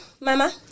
Mama